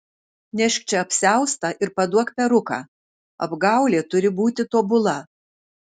nešk čia apsiaustą ir paduok peruką apgaulė turi būti tobula